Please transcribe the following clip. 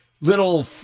little